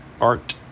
art